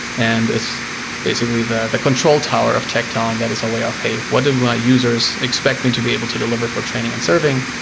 and it's basically the the control tower of tecton that is aware of, hey, what do my users expect me to be able to deliver for training and serving?